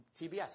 TBS